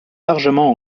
largement